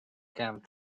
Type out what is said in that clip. camp